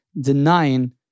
denying